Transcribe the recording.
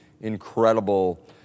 incredible